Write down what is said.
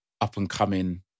up-and-coming